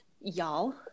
y'all